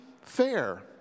fair